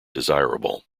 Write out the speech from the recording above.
desirable